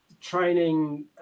training